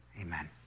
Amen